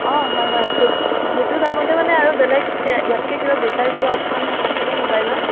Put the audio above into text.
অঁ হয় হয় সেই সেইটো দামতে মানে আৰু বেলেগ ইয়াতকৈ কিবা বেটাৰ কিবা অপচন আছেনে ম'বাইলৰ